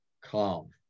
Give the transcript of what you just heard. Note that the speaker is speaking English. calm